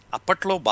Apatlo